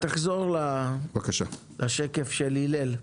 תחזור לשקף של הלל.